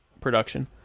production